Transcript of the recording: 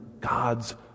God's